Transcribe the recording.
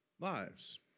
lives